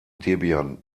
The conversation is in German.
debian